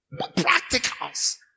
Practicals